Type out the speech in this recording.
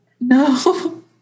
No